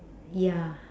ya